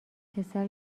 پسر